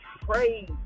praise